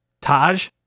Taj